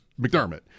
McDermott